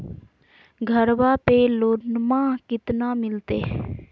घरबा पे लोनमा कतना मिलते?